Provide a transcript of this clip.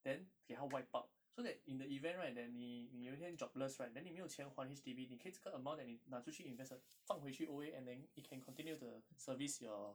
then 给他 wipe out so that in the event right that 你你有一天 jobless right then 你没有钱还 H_D_B 你可以这个 amount that 你拿出去 invest 的放回去 O_A and then it can continue the service your